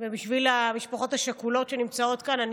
ובשביל המשפחות השכולות שנמצאות כאן אני